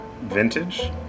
Vintage